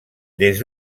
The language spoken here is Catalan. des